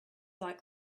like